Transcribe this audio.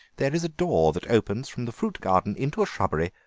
there is a door that opens from the fruit garden into a shrubbery,